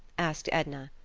asked edna,